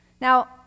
Now